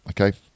Okay